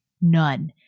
none